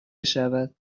بشود